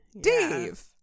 Dave